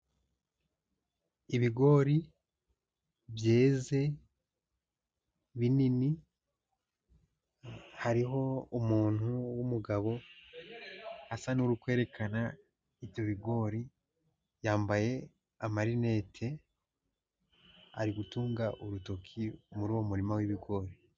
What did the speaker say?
Ibigori byeze binini hariho umuntu w'umugabo asa n'uri kwerekana ibyo bigori, yambaye amarinete ari gutunga urutoki muri uwo murima w'ibigori.